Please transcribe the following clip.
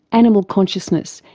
animal consciousness,